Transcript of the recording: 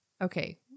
okay